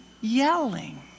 yelling